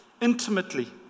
intimately